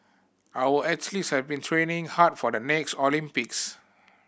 our athletes have been training hard for the next Olympics